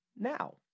now